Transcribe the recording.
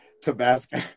Tabasco